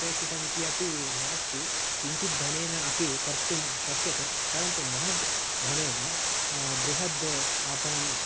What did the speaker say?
अपेक्षितमिति अपि नास्ति किञ्चिद्धनेन अपि कर्तुं शक्यते परन्तु महद् धनेन बृहद् आपणम्